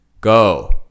Go